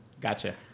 Gotcha